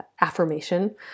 affirmation